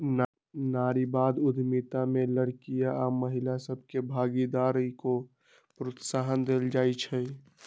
नारीवाद उद्यमिता में लइरकि आऽ महिला सभके भागीदारी को प्रोत्साहन देल जाइ छइ